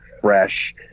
fresh